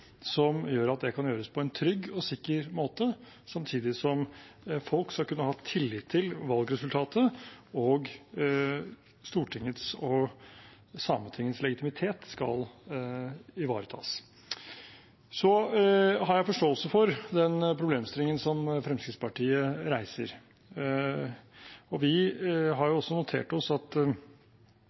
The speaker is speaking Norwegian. kan gjøres på en trygg og sikker måte, samtidig som folk skal kunne ha tillit til valgresultatet, og Stortingets og Sametingets legitimitet skal ivaretas. Så har jeg forståelse for den problemstillingen Fremskrittspartiet reiser. Vi har også notert oss at